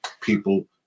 people